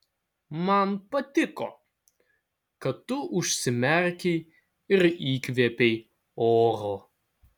man patiko kad tu užsimerkei ir įkvėpei oro